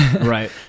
right